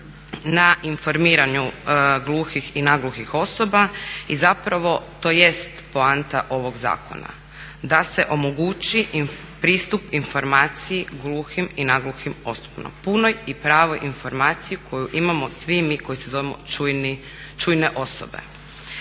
na informiranju gluhih i nagluhih osoba i zapravo tj. poanta ovog zakona. da se omogući pristup informaciji gluhim i nagluhim osobama, punoj i pravoj informaciji koju imamo svim mi koji se zovemo čujne osobe.